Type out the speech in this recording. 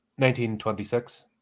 1926